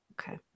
Okay